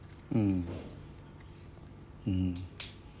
mm mm